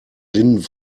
blinden